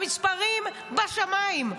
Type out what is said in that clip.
המספרים בשמיים.